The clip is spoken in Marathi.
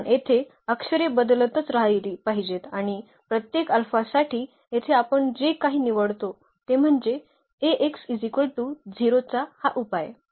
कारण येथे अक्षरे बदलतच राहिली पाहिजेत आणि प्रत्येक अल्फा साठी येथे आपण जे काही निवडतो ते म्हणजे चा हा उपाय